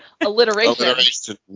Alliteration